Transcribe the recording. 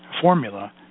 formula